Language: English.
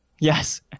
Yes